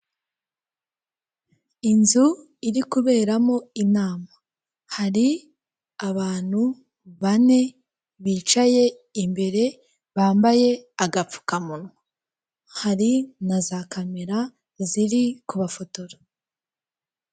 Inzu iri kuberamo inama. Hari abantu bane bicaye imbere bambaye agapfukamunwa. Hari na za kamera ziri kubafotora.